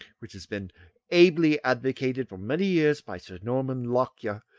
which has been ably advocated for many years by sir norman lockyer,